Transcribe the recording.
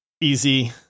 easy